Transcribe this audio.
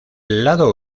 lado